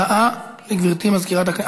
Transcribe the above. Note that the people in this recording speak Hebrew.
סליחה, סליחה, הודעה לגברתי מזכירת הכנסת.